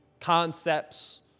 concepts